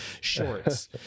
shorts